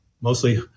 mostly